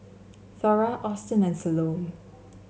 Thora Austin and Salome